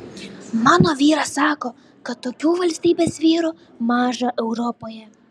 mano vyras sako kad tokių valstybės vyrų maža europoje